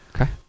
Okay